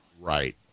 Right